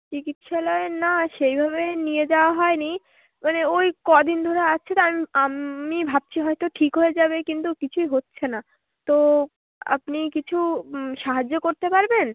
চিকিৎসালয়ে না সেইভাবে নিয়ে যাওয়া হয় নি মানে ওই ক দিন ধরে আছে তো আম আমি ভাবছি হয়তো ঠিক হয় যাবে কিন্তু কিছুই হচ্ছে না তো আপনি কিছু সাহায্য করতে পারবেন